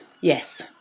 Yes